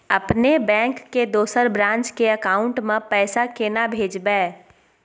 अपने बैंक के दोसर ब्रांच के अकाउंट म पैसा केना भेजबै?